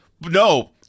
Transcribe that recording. no